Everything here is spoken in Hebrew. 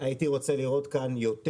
הייתי רוצה לראות כאן יותר,